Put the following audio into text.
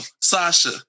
Sasha